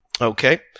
Okay